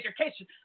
education